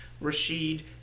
Rashid